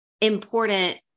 important